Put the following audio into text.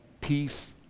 Peace